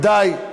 די.